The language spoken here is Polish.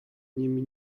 nimi